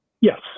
Yes